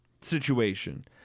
situation